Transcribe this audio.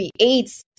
creates